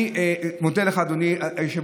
אני מודה לך, אדוני היושב-ראש.